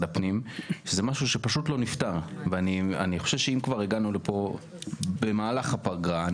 הפנים שזה משהו שפשוט לא נפתר ואני חושב שאם כבר הגענו לפה במהלך הפגרה,